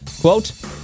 quote